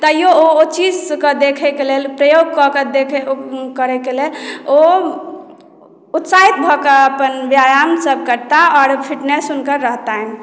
तैयो ओ ओ चीज कऽ देखैकेँ लेल प्रयोग कऽ कऽ देखैकेँ लेल ओ उत्साहित भऽ कऽ अपन व्यायाम सभ करता आओर फिटनेस हुनकर रहतनि